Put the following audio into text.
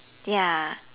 ya